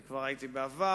אני כבר הייתי בעבר.